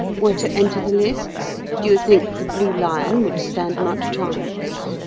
were to enter the lists, do you think the blue lion would stand much chance?